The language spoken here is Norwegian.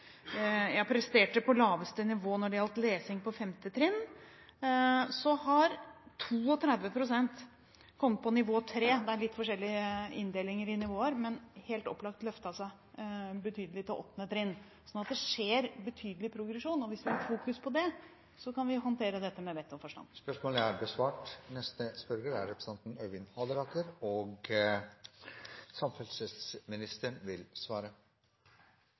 på laveste nivå når det gjaldt lesing på femte trinn, har 32 pst. kommet på nivå 3. Det er litt forskjellige inndelinger i nivåer, men de har helt opplagt løftet seg betydelig til åttende trinn. Så det skjer betydelig progresjon, og hvis vi fokuserer på det, kan vi håndtere dette med vett og forstand.